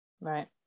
Right